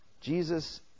Jesus